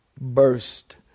burst